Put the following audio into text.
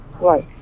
right